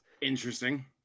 Interesting